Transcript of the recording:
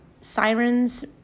sirens